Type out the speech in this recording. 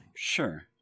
Sure